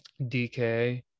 DK